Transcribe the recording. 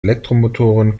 elektromotoren